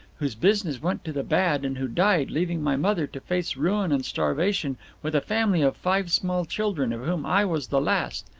whose business went to the bad and who died, leaving my mother to face ruin and starvation with a family of five small children, of whom i was the last.